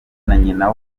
nyina